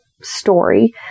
story